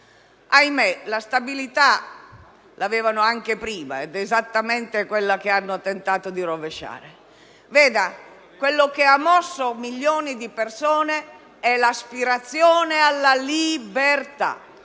Ahimè, la stabilità l'avevano anche prima, esattamente quella che hanno tentato di rovesciare. Quel che ha mosso milioni di persone è l'aspirazione alla libertà.